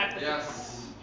Yes